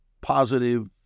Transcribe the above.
positive